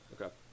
Okay